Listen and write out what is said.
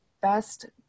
Best